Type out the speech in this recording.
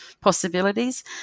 possibilities